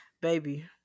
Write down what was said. baby